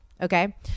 Okay